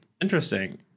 Interesting